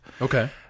Okay